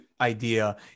idea